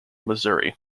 missouri